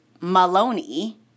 Maloney